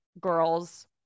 girls